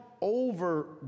over